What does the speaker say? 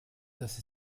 dass